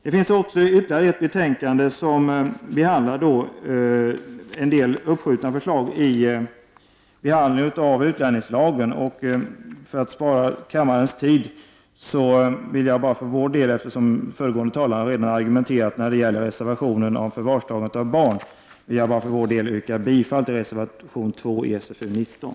Socialförsäkringsutskottets betänkande 19 behandlar en del förslag som uppsköts vid behandlingen av utlänningslagen. För att spara kammarens tid vill jag för centerpartiets del, då föregående talare redan har argumenterat för reservationen om förvarstagande av barn, yrka bifall till reservation 2 till socialförsäkringsutskottets betänkande 19.